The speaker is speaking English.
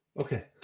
Okay